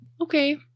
Okay